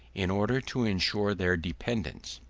in order to ensure their dependence.